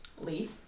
leaf